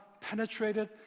penetrated